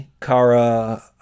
kara